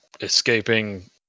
escaping